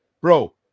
Bro